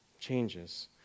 changes